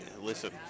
Listen